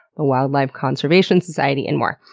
the wildlife conservation society, and more.